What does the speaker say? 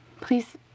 Please